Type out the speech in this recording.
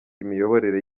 imiyoborere